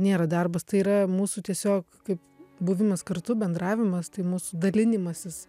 nėra darbas tai yra mūsų tiesiog kaip buvimas kartu bendravimas tai mūsų dalinimasis